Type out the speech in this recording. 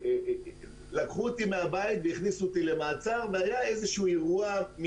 לקחו אותי מהבית והכניסו אותי למעצר והיה איזשהו אירוע,